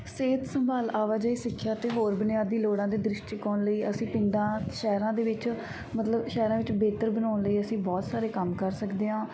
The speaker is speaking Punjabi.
ਸਿਹਤ ਸੰਭਾਲ ਆਵਾਜਾਈ ਸਿੱਖਿਆ ਅਤੇ ਹੋਰ ਬੁਨਿਆਦੀ ਲੋੜਾਂ ਦੇ ਦ੍ਰਿਸ਼ਟੀਕੋਣ ਲਈ ਅਸੀਂ ਪਿੰਡਾਂ ਸ਼ਹਿਰਾਂ ਦੇ ਵਿੱਚ ਮਤਲਬ ਸ਼ਹਿਰਾਂ ਵਿੱਚ ਬਿਹਤਰ ਬਣਾਉਣ ਲਈ ਅਸੀਂ ਬਹੁਤ ਸਾਰੇ ਕੰਮ ਕਰ ਸਕਦੇ ਹਾਂ